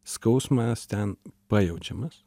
skausmas ten pajaučiamas